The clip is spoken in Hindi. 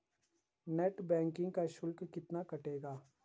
नेट बैंकिंग का शुल्क कितना कटेगा?